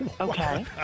Okay